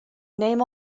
name